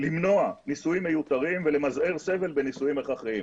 למנוע ניסויים מיותרים ולמזער סבל בניסויים הכרחיים.